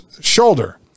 shoulder